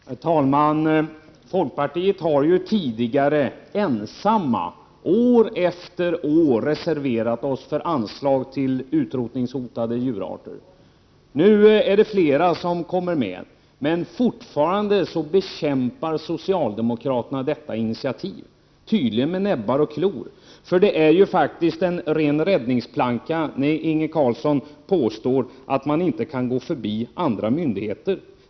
Herr talman! Folkpartiet har tidigare ensamt år efter år reserverat sig för anslag till utrotningshotade djurarter. Nu är det fler som kommer med, men socialdemokraterna bekämpar fortfarande detta initiativ — tydligen med näbbar och klor. Det är en ren räddningsplanka när Inge Carlsson framhåller att riksdagen inte kan gå förbi andra myndigheter.